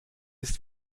ist